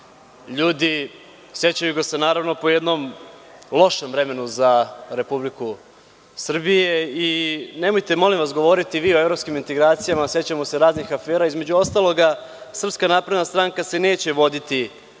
ljudi ga se sećaju po jednom lošem vremenu za Republiku Srbiju i nemojte molim vas govoriti vi o evropskim integracijama, sećamo se raznih afera, između ostaloga, Srpska napredna stranka se neće voditi